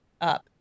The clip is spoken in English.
up